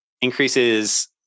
increases